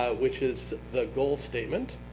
ah which is the goal statement,